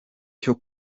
cyo